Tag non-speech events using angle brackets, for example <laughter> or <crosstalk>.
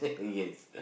<laughs> yes